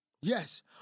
Yes